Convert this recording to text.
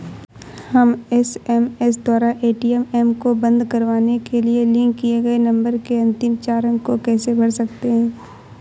हम एस.एम.एस द्वारा ए.टी.एम को बंद करवाने के लिए लिंक किए गए नंबर के अंतिम चार अंक को कैसे भर सकते हैं?